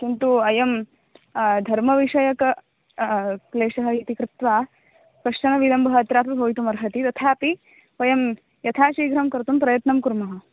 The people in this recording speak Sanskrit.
किन्तु अयं धर्मविषयक क्लेषः इति कृत्वा पश्यामि इदं भवत् अत्रापि भवितुं अर्हति तथापि वयं यथा शीघ्रं कर्तुं प्रयत्नं कुर्मः